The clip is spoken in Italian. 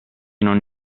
non